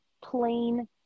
plain